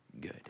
good